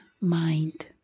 mind